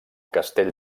castell